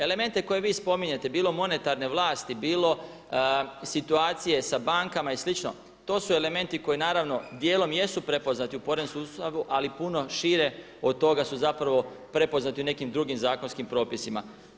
Elemente koje vi spominjete bilo monetarne vlasti, bilo situacije sa bankama i sl. to su elementi koji naravno dijelom jesu prepoznati u poreznom sustavu, ali puno šire od toga su zapravo prepoznati u nekim drugim zakonskim propisima.